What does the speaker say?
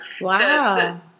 Wow